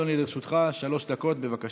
אדוני, לרשותך שלוש דקות, בבקשה.